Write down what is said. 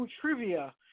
Trivia